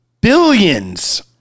billions